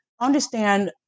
understand